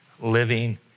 living